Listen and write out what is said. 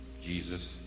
Jesus